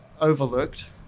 overlooked